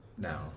now